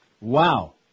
Wow